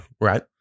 Right